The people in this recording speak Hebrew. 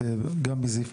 הדיון הזה הוא דיון טעון,